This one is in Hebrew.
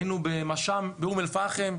היינו במש"מ באום אל פאחם,